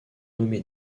nommé